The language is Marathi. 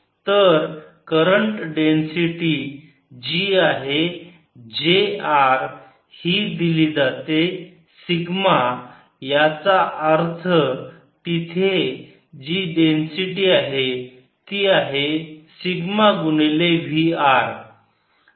तर करंट डेन्सिटी जी आहे j r ही दिली जाते सिग्मा याचा अर्थ तिथे जी काही डेन्सिटी आहे ती आहे सिग्मा गुणिले V r